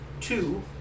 two